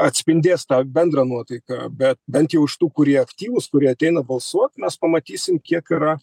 atspindės tą bendrą nuotaiką bet bent jau iš tų kurie aktyvūs kurie ateina balsuot mes pamatysim kiek yra